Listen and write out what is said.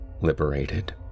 liberated